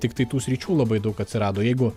tiktai tų sričių labai daug atsirado jeigu